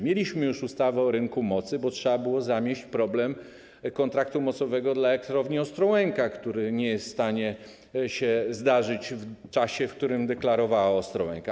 Mieliśmy już ustawę o rynku mocy, bo trzeba było zamieść problem kontraktu mocowego dla elektrowni Ostrołęka, który nie jest w stanie się zdarzyć w czasie, w którym deklarowała Ostrołęka.